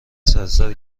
سراسر